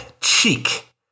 Cheek